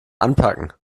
anpacken